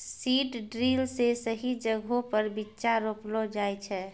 seed drill से सही जगहो पर बीच्चा रोपलो जाय छै